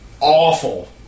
Awful